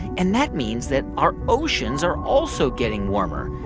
and that means that our oceans are also getting warmer.